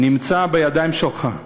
נמצא בידיים שלך,